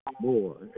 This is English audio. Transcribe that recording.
more